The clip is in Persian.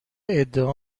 ادعا